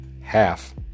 half